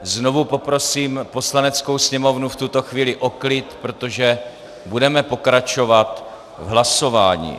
Znovu poprosím Poslaneckou sněmovnu v tuto chvíli o klid, protože budeme pokračovat v hlasování.